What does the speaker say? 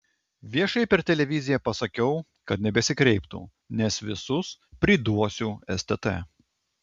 viešai per televiziją pasakiau kad nebesikreiptų nes visus priduosiu stt